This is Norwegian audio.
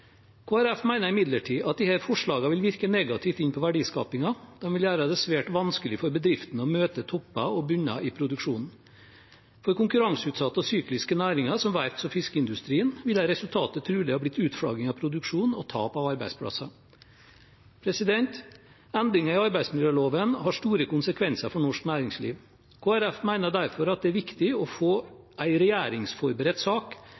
Folkeparti mener imidlertid at disse forslagene vil virke negativt inn på verdiskapingen. De vil gjøre det svært vanskelig for bedriftene å møte topper og bunner i produksjonen. For konkurranseutsatte og sykliske næringer, som verfts- og fiskeindustrien, ville resultatet trolig ha blitt utflagging av produksjonen og tap av arbeidsplasser. Endringer i arbeidsmiljøloven har store konsekvenser for norsk næringsliv. Kristelig Folkeparti mener derfor at det er viktig å få en regjeringsforberedt sak,